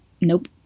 nope